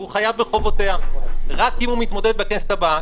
חייב בחובותיה רק אם הוא מתמודד בכנסת הבאה,